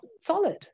solid